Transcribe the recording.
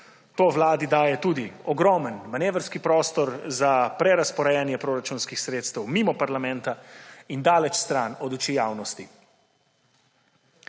To Vladi daje tudi ogromen manevrski prostor za prerazporejanje proračunskih sredstev mimo parlamenta in daleč stran od oči javnosti.